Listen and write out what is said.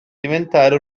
diventare